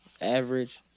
average